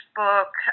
book